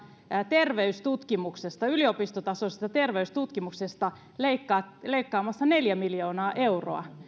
terveystutkimuksesta yliopistotasoisesta terveystutkimuksesta leikkaamassa neljä miljoonaa euroa